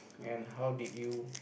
and how did you